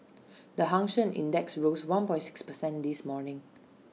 the hang Seng index rose one point six percent this morning